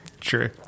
True